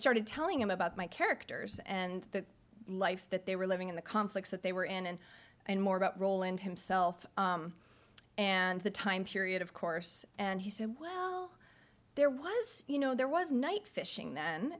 started telling him about my characters and the life that they were living in the conflicts that they were in and and more about roland himself and the time period of course and he said well there was you know there was night fishing then